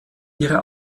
ihre